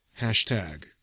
hashtag